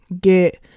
get